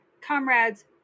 Comrades